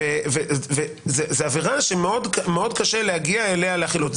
זה עבירה שמאוד קשה להגיע אליה לחילוט.